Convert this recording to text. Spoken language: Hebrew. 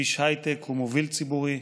איש הייטק ומוביל ציבורי,